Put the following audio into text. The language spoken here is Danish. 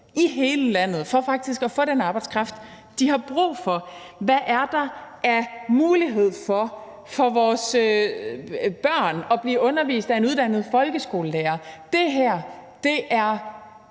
i hele landet for faktisk at få den arbejdskraft, de har brug for? Hvad er der af muligheder for vores børn for at blive undervist af en uddannet folkeskolelærer? Det her er et